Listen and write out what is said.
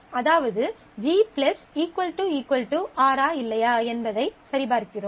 அதாவது G R ஆ இல்லையா என்பதைச் சரிபார்க்கிறோம்